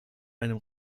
einem